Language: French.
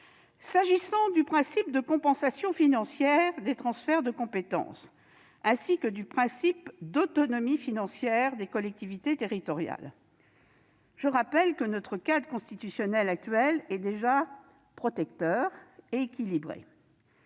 S'agissant du principe de compensation financière des transferts de compétences ainsi que du principe d'autonomie financière des collectivités territoriales, je rappelle que notre cadre constitutionnel actuel est déjà protecteur et équilibré.